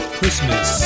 Christmas